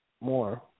more